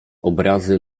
obrazy